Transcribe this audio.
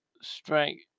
Strength